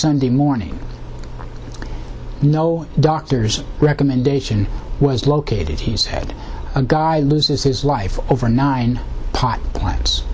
sunday morning no doctor's recommendation was located he's had a guy loses his life over nine plot points